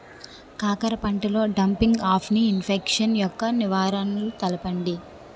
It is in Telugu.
కాకర పంటలో డంపింగ్ఆఫ్ని ఇన్ఫెక్షన్ యెక్క నివారణలు తెలపండి?